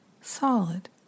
solid